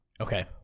okay